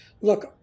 Look